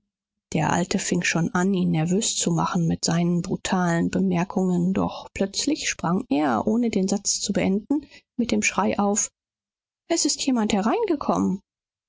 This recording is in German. der alte fing schon an ihn nervös zu machen mit seinen brutalen bemerkungen doch plötzlich sprang er ohne den satz zu beenden mit dem schrei auf es ist jemand hereingekommen